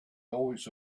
always